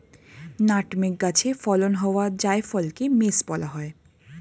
nutmeg গাছে ফলন হওয়া জায়ফলকে মেস বলা হয়